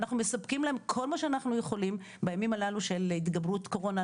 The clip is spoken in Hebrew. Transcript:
אנחנו מספקים להם כל מה שאנחנו יכולים בימים הללו של התגברות קורונה,